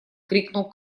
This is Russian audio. крикнул